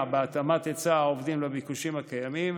בהתאמת היצע העובדים לביקושים הקיימים,